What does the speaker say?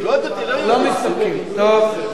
לא מסתפקים, טוב.